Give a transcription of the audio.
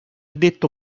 detto